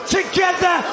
Together